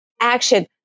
action